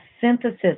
synthesis